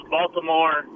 Baltimore